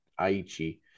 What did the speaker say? Aichi